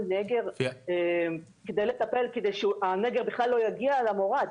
נגר כדי שהנגר בכלל לא יגיע למורד,